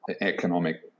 economic